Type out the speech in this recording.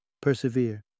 persevere